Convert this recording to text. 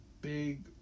big